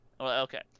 Okay